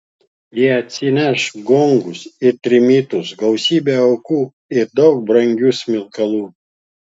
jie atsineš gongus ir trimitus gausybę aukų ir daug brangių smilkalų